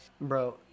Bro